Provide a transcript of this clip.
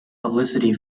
publicity